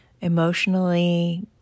emotionally